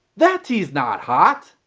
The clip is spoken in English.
that teas not hot.